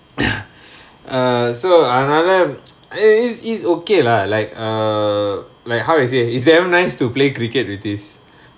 err so another is is okay lah like err like how I say it's damn nice to play cricket with this